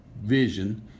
vision